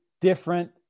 different